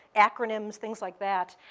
acronyms, things like that.